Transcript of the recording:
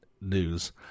news